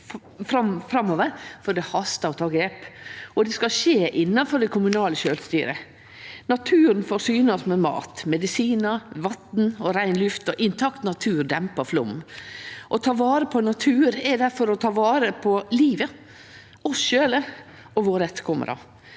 for det hastar å ta grep, og det skal skje innanfor det kommunale sjølvstyret. Naturen forsyner oss med mat, medisinar, vatn og rein luft, og intakt natur dempar flaum. Å ta vare på natur er difor å ta vare på livet, oss sjølve og våre etterkomarar.